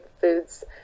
foods